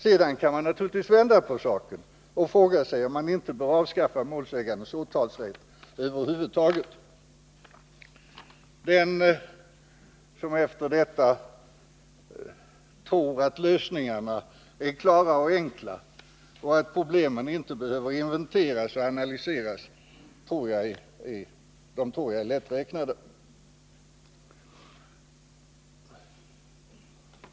Sedan kan man naturligtvis vända på saken och fråga sig om man inte bör avskaffa målsägandens åtalsrätt överhuvudtaget.” De som efter detta tror att lösningarna är klara och enkla och att problemen inte behöver inventeras och analyseras är säkerligen lätt räknade.